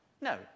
No